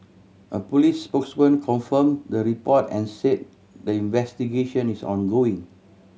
a police spokesman confirm the report and say the investigation is ongoing